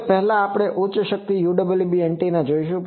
હવે પહેલા આપણે ઉચ્ચ શક્તિ UWB એન્ટેના જોશું